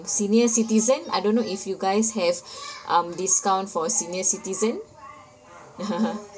senior citizen I don't know if you guys have um discount for senior citizen